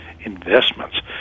investments